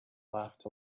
laughed